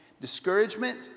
Discouragement